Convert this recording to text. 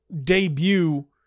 debut